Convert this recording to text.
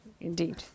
indeed